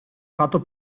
fatto